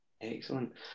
Excellent